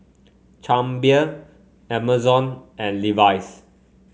Chang Beer Amazon and Levi's